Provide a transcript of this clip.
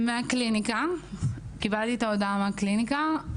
קיבלתי את ההודעה מהקליניקה.